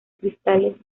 cristales